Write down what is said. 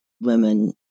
women